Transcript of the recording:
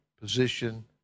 position